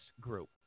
group